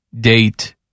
date